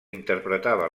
interpretava